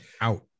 Out